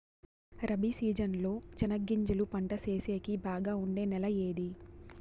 Rabi season లో చెనగగింజలు పంట సేసేకి బాగా ఉండే నెల ఏది?